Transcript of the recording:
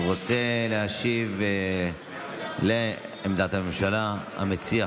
רוצה להשיב על עמדת הממשלה המציע,